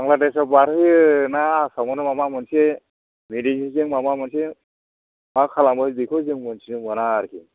बांग्लादेशआव बारहोयो ना आसामावनो माबा मोनसे मेडिसिनजों माबा मोनसे मा खालामो बेखौ जों मोन्थिनो मोना आरोखि